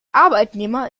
arbeitnehmer